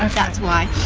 that's why.